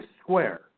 square